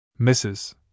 Mrs